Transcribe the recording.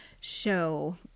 show